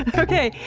ah okay,